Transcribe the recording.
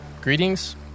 Greetings